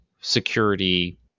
security